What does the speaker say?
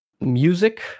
music